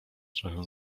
trochę